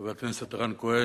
חבר הכנסת לשעבר רן כהן,